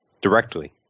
Directly